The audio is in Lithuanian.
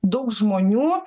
daug žmonių